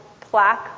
plaque